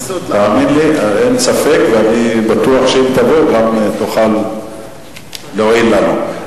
אין ספק, ואני בטוח שאם תבוא, גם תוכל להועיל לנו.